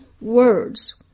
words